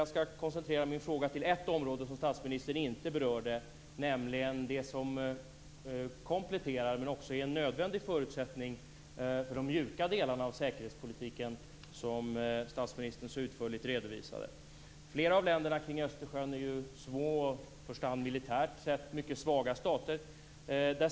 Jag skall koncentrera min fråga till ett område som statsministern inte berörde, nämligen det som kompletterar men också är en nödvändig förutsättning för de mjuka delarna av säkerhetspolitiken, som statsministern så utförligt redovisade. Flera av länderna kring Östersjön är ju små och i första hand militärt sett mycket svaga stater.